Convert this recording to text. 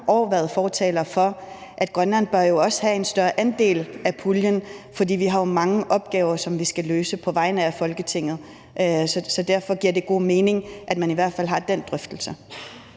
år været fortaler for, at Grønland også bør have en større andel af puljen, fordi vi jo har mange opgaver, som vi skal løse på vegne af Folketinget. Så derfor giver det god mening, at man i hvert fald har den drøftelse.